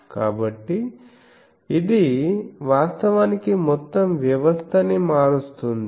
కాబట్టి ఇది వాస్తవానికి మొత్తం వ్యవస్థ ని మారుస్తుంది